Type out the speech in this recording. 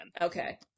Okay